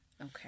Okay